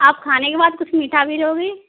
आप खाने के बाद कुछ मीठा भी लोगी